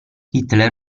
hitler